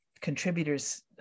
contributors